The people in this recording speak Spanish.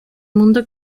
mundo